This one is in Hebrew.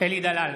אלי דלל,